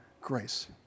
grace